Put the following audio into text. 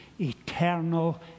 Eternal